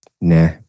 Nah